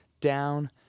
down